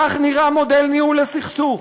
כך נראה מודל ניהול הסכסוך: